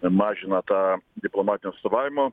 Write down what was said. mažina tą diplomatinio atstovavimo